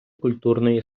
культурної